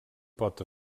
pot